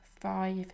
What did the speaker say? five